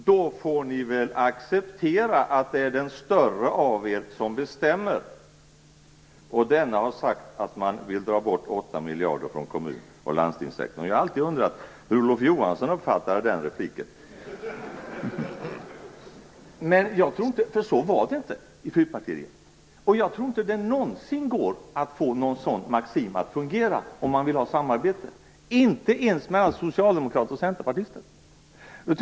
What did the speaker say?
Då får ni väl acceptera att det är den större av er som bestämmer, och denne har sagt att man vill dra bort 8 miljarder från kommun och landstingssektorn." Jag har alltid undrat hur Olof Johansson uppfattade den repliken. Men så var det inte i fyrpartiregeringen. Och jag tror inte att det någonsin går att få en sådan maxim att fungera, om man vill ha samarbete, inte ens mellan socialdemokrater och centerpartister.